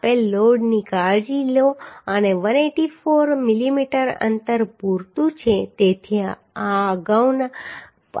આપેલ લોડની કાળજી લો અને 184 મિલીમીટર અંતર પૂરતું છે તેથી આ અગાઉ આપણે ગણતરી કરી છે